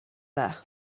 dda